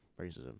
Racism